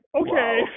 okay